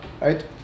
right